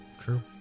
True